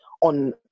on